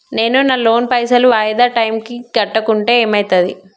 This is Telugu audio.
నేను నా లోన్ పైసల్ వాయిదా టైం కి కట్టకుంటే ఏమైతది?